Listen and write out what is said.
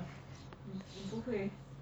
不会